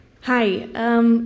Hi